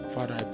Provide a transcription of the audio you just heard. Father